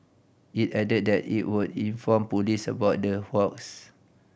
it added that it would inform police about the hoax